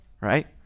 right